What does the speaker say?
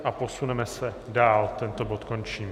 A posuneme se dál, tento bod končím.